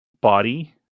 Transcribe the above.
body